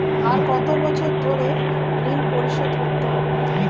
আর কত বছর ধরে ঋণ পরিশোধ করতে হবে?